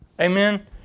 Amen